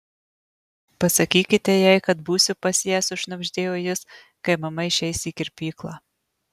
pasakykite jai kad būsiu pas ją sušnabždėjo jis kai mama išeis į kirpyklą